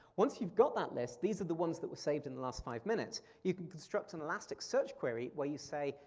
once you've got that list, these are the ones that were saved in the last five minutes, you can construct an elastic search query where you say,